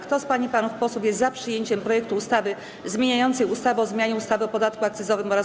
Kto z pań i panów posłów jest za przyjęciem projektu ustawy zmieniającej ustawę o zmianie ustawy o podatku akcyzowym oraz